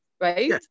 right